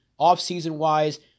offseason-wise